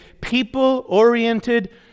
people-oriented